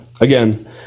again